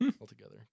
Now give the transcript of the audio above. Altogether